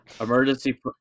Emergency